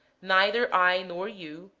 neither i nor you,